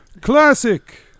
Classic